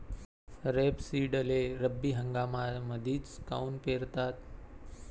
रेपसीडले रब्बी हंगामामंदीच काऊन पेरतात?